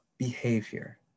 behavior